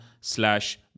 slash